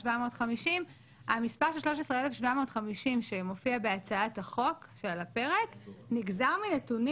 13,750. המספר של 13,750 שמופיע בהצעת החוק שעל הפרק נגזר מנתונים.